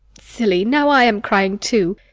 silly! now i am crying too.